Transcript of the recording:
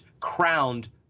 crowned